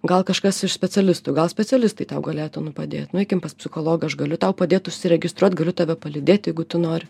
gal kažkas iš specialistų gal specialistai tau galėtų nu padėt nueikim pas psichologą aš galiu tau padėt užsiregistruot galiu tave palydėt jeigu tu nori